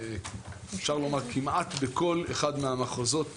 אפשר לומר, ברוב המחוזות